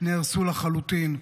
נהרסו לחלוטין,